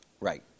Right